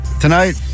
Tonight